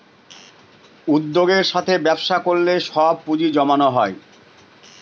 উদ্যোগের সাথে ব্যবসা করলে সব পুজিঁ জমানো হয়